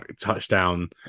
touchdown